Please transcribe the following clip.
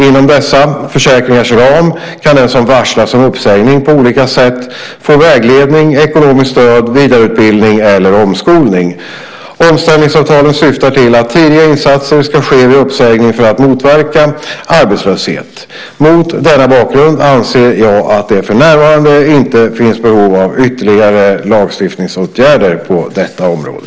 Inom dessa försäkringars ram kan den som varslas om uppsägning på olika sätt få vägledning, ekonomiskt stöd, vidareutbildning eller omskolning. Omställningsavtalen syftar till att tidiga insatser ska ske vid uppsägning för att motverka arbetslöshet. Mot denna bakgrund anser jag att det för närvarande inte finns behov av ytterligare lagstiftningsåtgärder på detta område.